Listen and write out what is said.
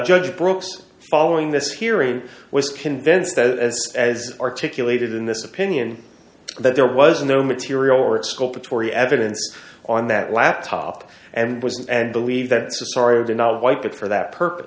judge brooks following this hearing was convinced as as articulated in this opinion that there was no material or a scope for tory evidence on that laptop and was and believe that sorry did not wipe it for that purpose